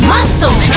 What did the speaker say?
Muscle